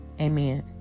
Amen